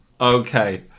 Okay